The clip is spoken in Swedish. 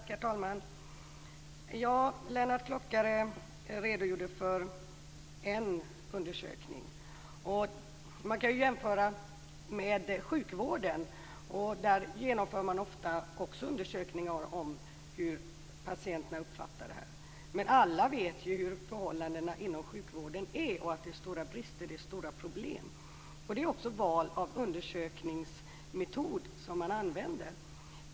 Herr talman! Lennart Klockare redogjorde för en undersökning. Man kan ju jämföra med sjukvården. Där genomför man också ofta undersökningar av hur patienterna uppfattar situationen. Men alla vet ju hurdana förhållandena inom sjukvården är och att det finns stora brister och stora problem. Valet av vilken undersökningsmetod man använder spelar också in.